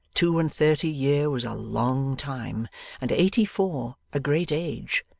two-and-thirty year was a long time and eighty-four a great age,